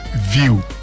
view